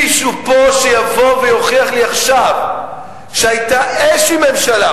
שמישהו פה יבוא ויוכיח לי עכשיו שהיתה ממשלה